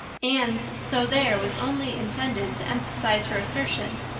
anne's so there was only intended to emphasize her assertion,